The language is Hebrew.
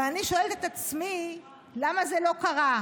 ואני שואלת את עצמי, למה זה לא קרה?